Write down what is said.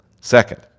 Second